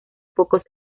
pocos